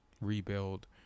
rebuild